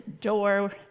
door